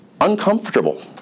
uncomfortable